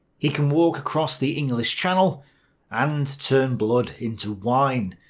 he can walk across the english channel and turn blood into wine,